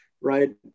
right